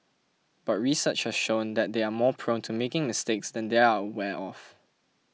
but research has shown that they are more prone to making mistakes than they are aware of